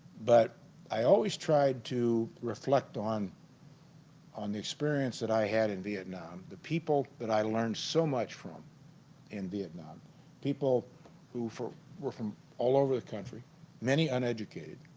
but i always tried to reflect on on the experience that i had in vietnam the people that i learned so much from in vietnam people who were from all over the country many uneducated